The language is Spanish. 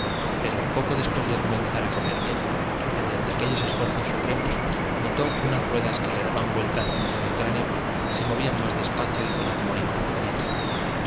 pero poco después de comenzar a comer bien mediante aquellos esfuerzos supremos notó que unas ruedas que le daban vueltas dentro del cráneo se movían más despacio y con armónico movimiento